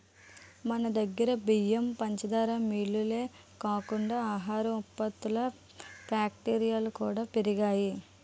మనదగ్గర బియ్యం, పంచదార మిల్లులే కాకుండా ఆహార ఉత్పత్తుల ఫ్యాక్టరీలు కూడా పెరగాలి